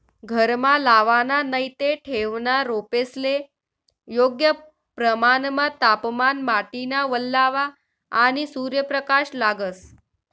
घरमा लावाना नैते ठेवना रोपेस्ले योग्य प्रमाणमा तापमान, माटीना वल्लावा, आणि सूर्यप्रकाश लागस